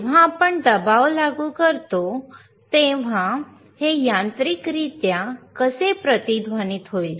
जेव्हा आपण दबाव लागू करतो तेव्हा हे यांत्रिकरित्या कसे प्रतिध्वनीत होईल